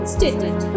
Stated